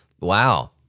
Wow